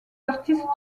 artistes